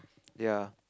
ya